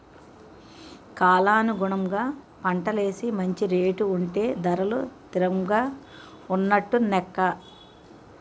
కాలానుగుణంగా పంటలేసి మంచి రేటు ఉంటే ధరలు తిరంగా ఉన్నట్టు నెక్క